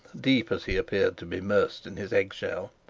deep as he appeared to be mersed in his egg-shell,